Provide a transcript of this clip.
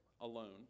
alone